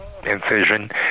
incision